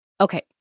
Okay